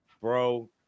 bro